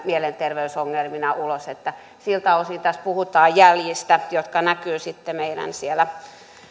mielenterveysongelmina ulos että siltä osin tässä puhutaan jäljistä jotka näkyvät siellä meidän